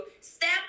step